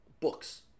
books